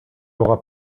aura